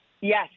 Yes